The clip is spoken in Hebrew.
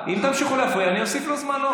אם תמשיכו להפריע אני אוסיף לו עוד זמן.